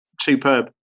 superb